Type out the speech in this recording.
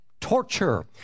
torture